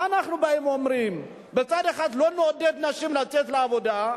מה אנחנו באים ואומרים: מצד אחד לא נעודד נשים לצאת לעבודה,